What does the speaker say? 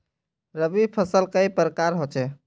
रवि फसल कई प्रकार होचे?